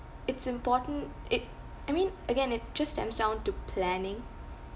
it's important it I mean again it just comes down to planning